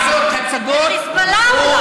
חיזבאללה,